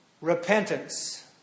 repentance